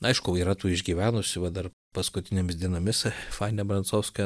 aišku yra tų išgyvenusių va dar paskutinėmis dienomis faina brancovska